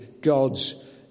God's